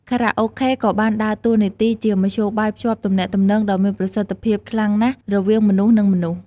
ខារ៉ាអូខេក៏បានដើរតួនាទីជាមធ្យោបាយភ្ជាប់ទំនាក់ទំនង ដ៏មានប្រសិទ្ធភាពខ្លាំងណាស់រវាងមនុស្សនិងមនុស្ស។